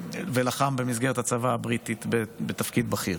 ולחם במסגרת הצבא הבריטי בתפקיד בכיר.